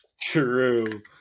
True